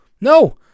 No